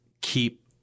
keep